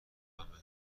مهربانی